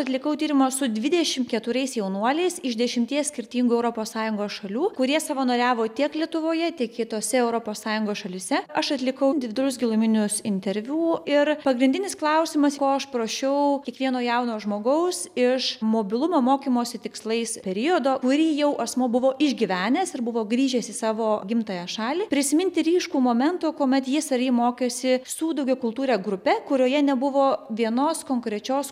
atlikau tyrimą su dvidešim keturiais jaunuoliais iš dešimties skirtingų europos sąjungos šalių kurie savanoriavo tiek lietuvoje tiek kitose europos sąjungos šalyse aš atlikau individualius giluminius interviu ir pagrindinis klausimas ko aš prašiau kiekvieno jauno žmogaus iš mobilumo mokymosi tikslais periodo kurį jau asmuo buvo išgyvenęs ir buvo grįžęs į savo gimtąją šalį prisiminti ryškų momentą kuomet jis ar ji mokėsi su daugiakultūre grupe kurioje nebuvo vienos konkrečios